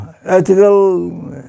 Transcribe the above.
ethical